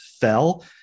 fell